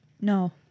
No